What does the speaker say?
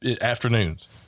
afternoons